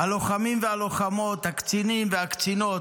הלוחמים והלוחמות, הקצינים והקצינות,